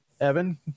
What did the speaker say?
Evan